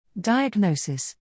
Diagnosis